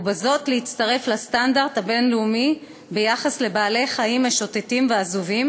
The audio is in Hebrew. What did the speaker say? ובזאת להצטרף לסטנדרט הבין-לאומי ביחס לבעלי-חיים משוטטים ועזובים,